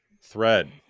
Thread